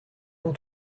bon